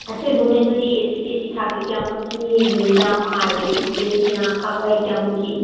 আচ্ছা রুমে যদি এ সি টেসি থাকে কেমন কী দাম আর এর এ সি না থাকায় কেমন কী